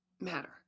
matter